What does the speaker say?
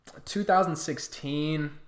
2016